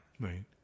Right